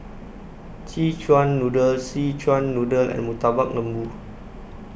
Szechuan Noodle Szechuan Noodle and Murtabak Lembu